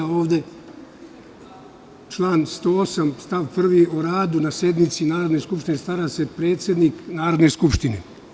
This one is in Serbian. Ovde član 108. stav 1. kaže – o radu na sednici Narodne skupštine stara se predsednik Narodne skupštine.